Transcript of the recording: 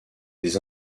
des